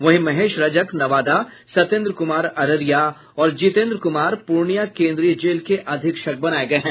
वहीं महेश रजक नवादा सत्येन्द्र कुमार अररिया और जितेन्द्र कुमार पूर्णिया केन्द्रीय जेल के अधीक्षक बनाये गये हैं